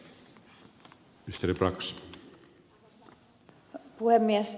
arvoisa puhemies